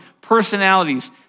personalities